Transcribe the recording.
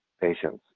patients